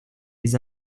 les